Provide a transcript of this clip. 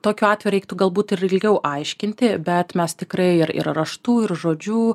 tokiu atveju reiktų galbūt ilgiau aiškinti bet mes tikrai ir ir raštu ir žodžiu